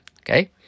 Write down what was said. Okay